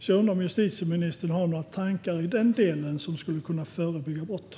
Jag undrar om justitieministern har några tankar i den delen som skulle kunna förebygga brott.